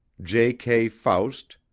j. k. faust,